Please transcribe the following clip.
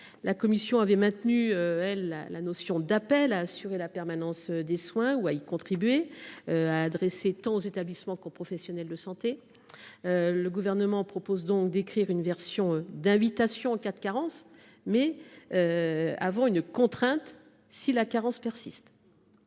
La commission avait maintenu la notion d’appel à assurer la permanence des soins ou à y contribuer, adressé tant aux établissements qu’aux professionnels de santé. Le Gouvernement propose, pour sa part, celle d’invitation en cas de carence, ainsi que l’exercice d’une contrainte si la carence persiste.